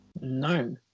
no